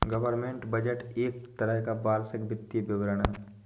government budget एक तरह का वार्षिक वित्तीय विवरण है